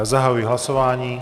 Zahajuji hlasování.